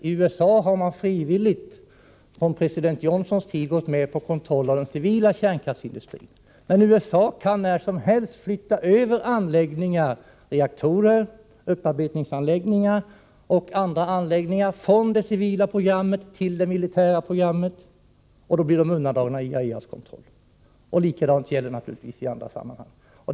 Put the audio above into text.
I USA har man frivilligt, sedan president Johnsons tid, gått med på kontroll av den civila kärnkraftsindustrin. Men USA kan när som helst flytta över anläggningar — reaktorer, upparbetningsanläggningar och andra anläggningar — från det civila programmet till det militära programmet, och då blir de undandragna IAEA:s kontroll. Detta gäller naturligtvis också i andra sammanhang.